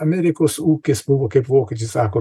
amerikos ūkis buvo kaip vokiečiai sako